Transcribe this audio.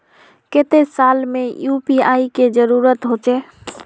केते साल में यु.पी.आई के जरुरत होचे?